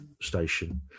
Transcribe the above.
station